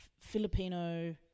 Filipino